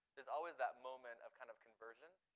there's always that moment of kind of conversion.